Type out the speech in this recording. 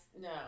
no